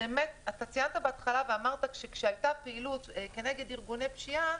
ציינת בהתחלה ואמרת שכאשר הייתה פעילות כנגד ארגוני פשיעה,